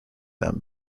them